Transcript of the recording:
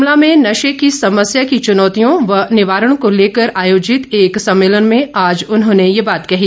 शिमला में नशे की समस्या की चुनौतियों व निवारण को लेकर आयोजित एक सम्मेलन में आज उन्होंने ये बात कही